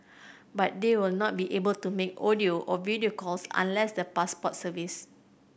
but they will not be able to make audio or video calls unless the Passport service